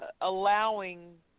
allowing